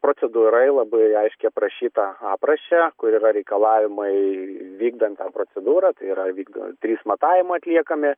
procedūrai labai aiškiai aprašyta apraše kur yra reikalavimai vykdant tą procedūrą tai yra vykdo trys matavimai atliekami